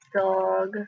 dog